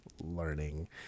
Learning